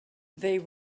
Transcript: they